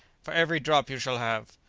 for every drop you shall have.